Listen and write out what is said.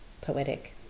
poetic